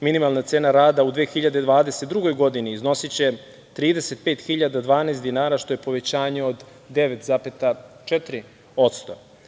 Minimalna cena rada u 2022. godini iznosiće 35.012 dinara, što je povećanje od 9,4%.